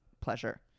pleasure